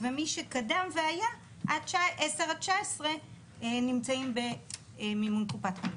ומי שקדם והיה עשר עד 19 נמצאים במימון קופת חולים.